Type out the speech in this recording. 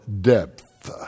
depth